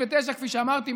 וכפי שאמרתי,